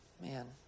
Man